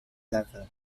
level